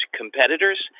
competitors